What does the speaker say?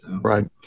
Right